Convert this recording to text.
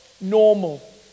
normal